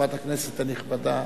חברת הכנסת הנכבדה,